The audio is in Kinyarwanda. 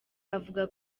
avuga